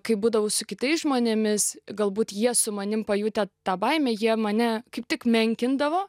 kai būdavau su kitais žmonėmis galbūt jie su manimi pajutę tą baimę jie mane kaip tik menkindavo